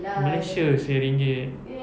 malaysia seh ringgit